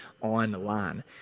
online